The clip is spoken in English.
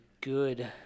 good